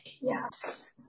Yes